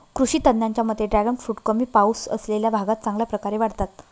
कृषी तज्ज्ञांच्या मते ड्रॅगन फ्रूट कमी पाऊस असलेल्या भागात चांगल्या प्रकारे वाढतात